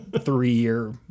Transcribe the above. three-year